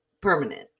permanent